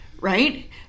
right